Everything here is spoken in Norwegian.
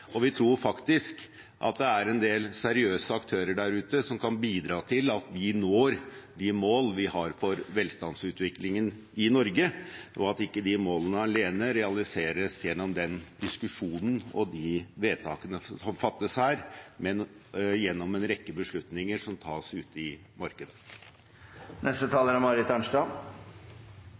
og vi tror faktisk at det er en del seriøse aktører der ute som kan bidra til at vi når de mål vi har for velstandsutviklingen i Norge, og at ikke de målene alene realiseres gjennom den diskusjonen og de vedtakene som fattes her, men gjennom en rekke beslutninger som tas ute i